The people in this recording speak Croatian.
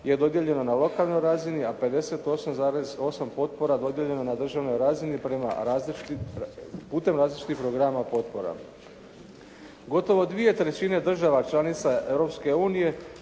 je dodijeljeno na lokalnoj razini, a 58,8 potpora dodijeljeno je na državnoj razini prema različitim, putem različitih programa potpora. Gotovo dvije trećine država članica